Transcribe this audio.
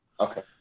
Okay